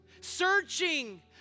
searching